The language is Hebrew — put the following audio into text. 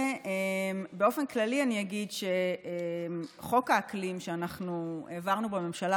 באופן כללי אני אגיד שחוק האקלים שאנחנו העברנו בממשלה,